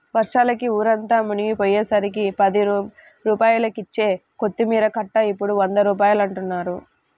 వర్షాలకి ఊరంతా మునిగిపొయ్యేసరికి పది రూపాయలకిచ్చే కొత్తిమీర కట్ట ఇప్పుడు వంద రూపాయలంటన్నారు